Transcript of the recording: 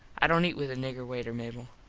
i dont eat with a nigger waiter, mable.